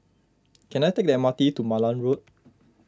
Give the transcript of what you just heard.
can I take the M R T to Malan Road